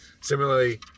Similarly